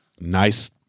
nice